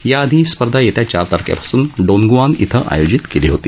याआधी ही स्पर्धा येत्या चार तारखेपासून डोनगुआन ध्विं आयोजित केली होती